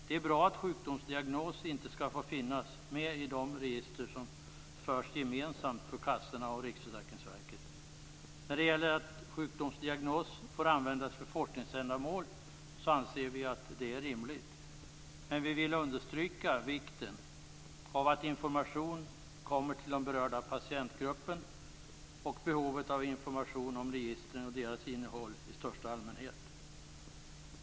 Det är bra att sjukdomsdiagnos inte skall få finnas med i de register som förs gemensamt för kassorna och När det gäller att sjukdomsdiagnos får användas för forskningsändamål, anser vi att det är rimligt. Men vi vill understryka vikten av att information kommer till den berörda patientgruppen. Vi vill också understryka behovet av information om registren och deras innehåll i största allmänhet.